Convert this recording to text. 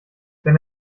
wenn